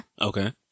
okay